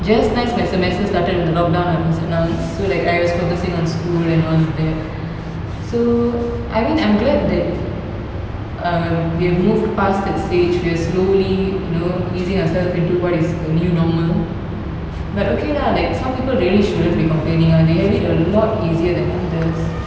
just nice my semester started when the lockdown n~ was announced so like I was focusing on school and all of that so I mean I'm glad that um we have moved past that stage we're slowly you know easing ourself into what is the new normal but okay lah like some people really shouldn't be complaining ah they have it a lot easier than others